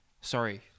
Sorry